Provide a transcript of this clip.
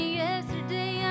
yesterday